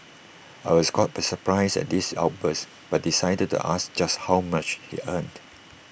I was caught by surprise at his outburst but decided to ask just how much he earned